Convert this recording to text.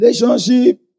relationship